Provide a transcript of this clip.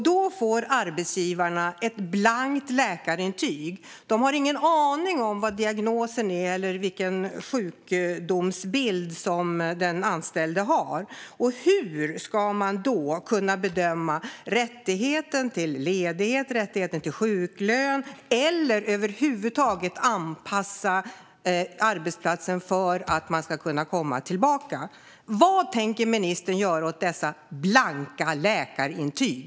Då får arbetsgivarna ett blankt läkarintyg. De har ingen aning om vad diagnosen är eller vilken sjukdomsbild som den anställde har. Hur ska de då kunna bedöma rättigheten till ledighet och rättigheten till sjuklön eller över huvud taget anpassa arbetsplatsen för att den anställde ska kunna komma tillbaka? Vad tänker ministern göra åt dessa blanka läkarintyg?